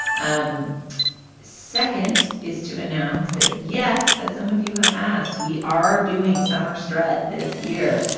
um second is to announce that, yes, as some of you have asked, we are doing summer stretched this year,